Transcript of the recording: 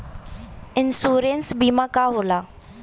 Insurance बीमा का होला?